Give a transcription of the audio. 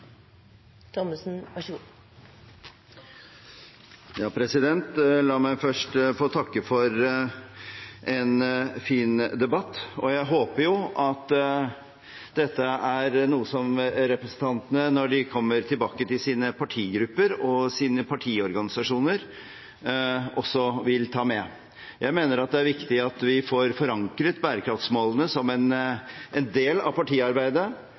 representantene, når de kommer tilbake til sine partigrupper og sine partiorganisasjoner, også vil ta med. Jeg mener at det er viktig at vi får forankret bærekraftsmålene som en del av partiarbeidet.